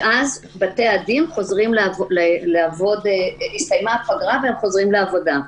שאז מסתיימת פגרת בתי הדין והם חוזרים לעבודה.